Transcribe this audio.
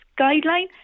guideline